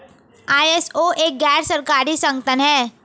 ISO एक गैर सरकारी संगठन है